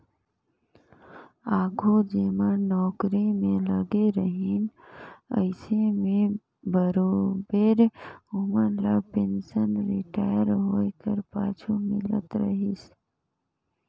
आघु जेमन नउकरी में लगे रहिन अइसे में बरोबेर ओमन ल पेंसन रिटायर होए कर पाछू मिलत रहिस